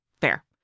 Fair